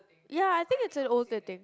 ya I think it's older thing